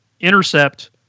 Intercept